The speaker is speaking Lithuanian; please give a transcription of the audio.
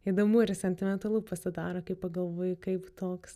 įdomu ir sentimentalu pasidaro kai pagalvoji kaip toks